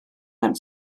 mewn